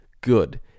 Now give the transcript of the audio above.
good